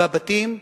בבתים,